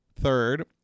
Third